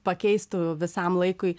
pakeistų visam laikui